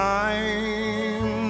time